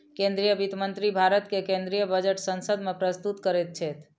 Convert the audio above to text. केंद्रीय वित्त मंत्री भारत के केंद्रीय बजट संसद में प्रस्तुत करैत छथि